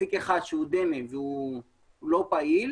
אזיק אחד שהוא דמה ואינו פעיל